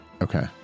Okay